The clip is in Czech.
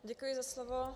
Děkuji za slovo.